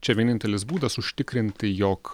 čia vienintelis būdas užtikrinti jog